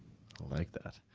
like that.